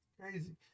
Crazy